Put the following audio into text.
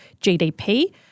GDP